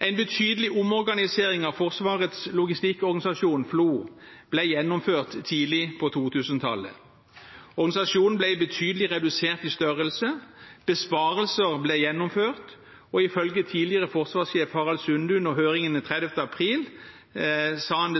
En betydelig omorganisering av Forsvarets logistikkorganisasjon, FLO, ble gjennomført tidlig på 2000-tallet. Organisasjonen ble betydelig redusert i størrelse, besparelser ble gjennomført, og tidligere forsvarssjef Harald Sunde sa under høringen 30. april at han